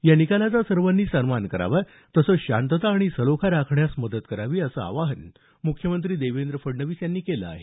या निकालाचा सर्वांनी सन्मान करावा तसंच शांतता आणि सलोखा राखण्यास मदत करावी असं आवाहन मुख्यमंत्री देवेंद्र फडणवीस यांनी केलं आहे